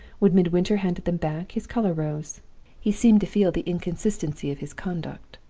when midwinter handed them back, his color rose he seemed to feel the inconsistency of his conduct,